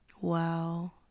Wow